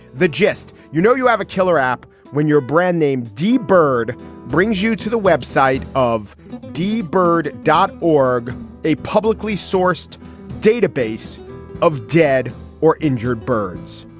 the gist? you know, you have a killer app when your brand named d bird brings you to the web site of d bird dot org a publicly sourced database of dead or injured birds.